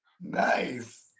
Nice